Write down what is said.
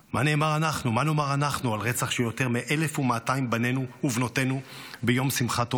מה נאמר אנחנו על רצח של יותר מ-1,200 בנינו ובנותינו ביום שמחת תורה,